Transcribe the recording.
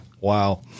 Wow